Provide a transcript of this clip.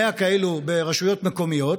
100 כאלה ברשויות מקומיות,